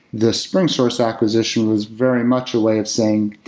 the springsource acquisition was very much a way of saying,